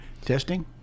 Testing